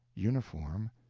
uniform,